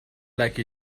like